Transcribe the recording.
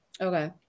okay